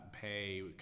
pay